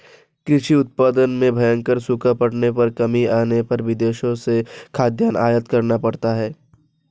कृषि उत्पादन में भयंकर सूखा पड़ने पर कमी आने पर विदेशों से खाद्यान्न आयात करना पड़ता है